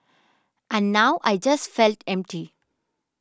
and now I just felt empty